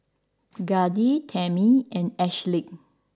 Grady Tammy and Ashleigh